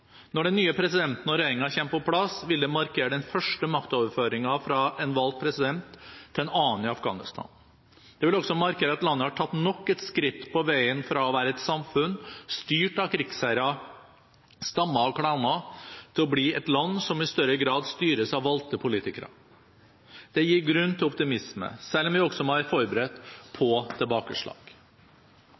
Når den nye presidenten og regjeringen kommer på plass, vil det markere den første maktoverføringen fra en valgt president til en annen i Afghanistan. Det vil også markere at landet har tatt nok et skritt på veien fra å være et samfunn styrt av krigsherrer, stammer og klaner til å bli et land som i større grad styres av valgte politikere. Det gir grunn til optimisme, selv om vi også må være forberedt på tilbakeslag.